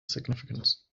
significance